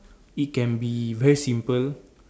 it can be very simple